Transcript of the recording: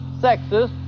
sexist